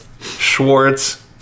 Schwartz